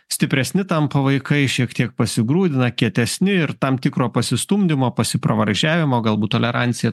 stipresni tampa vaikai šiek tiek pasigrūdina kietesni ir tam tikro pasistumdymo pasipravardžiavimo galbūt tolerancija